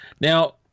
now